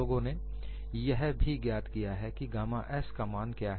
लोगों ने यह भी ज्ञात किया है कि गामा s का मान क्या है